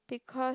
because